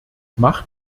macht